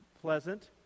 pleasant